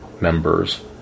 members